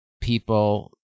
people